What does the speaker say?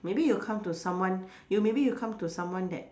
maybe you come to someone you maybe you come to someone that